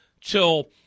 till